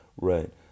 right